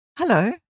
Hello